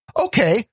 Okay